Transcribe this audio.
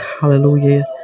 hallelujah